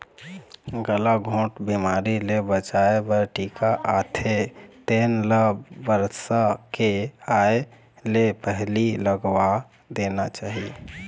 गलाघोंट बिमारी ले बचाए बर टीका आथे तेन ल बरसा के आए ले पहिली लगवा देना चाही